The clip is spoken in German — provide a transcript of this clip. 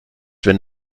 wenn